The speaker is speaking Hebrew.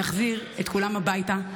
אנחנו נחזיר את כולם הביתה,